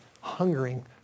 hungering